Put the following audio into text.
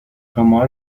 شما